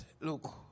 look